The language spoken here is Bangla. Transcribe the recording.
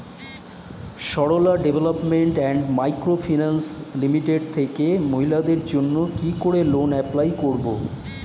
Sarala development and micro finance limited থেকে মহিলাদের জন্য কি করে লোন এপ্লাই করব?